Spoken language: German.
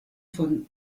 von